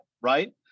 right